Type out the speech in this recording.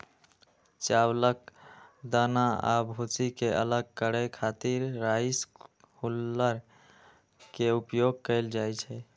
चावलक दाना आ भूसी कें अलग करै खातिर राइस हुल्लर के उपयोग कैल जाइ छै